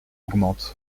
augmentent